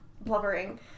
blubbering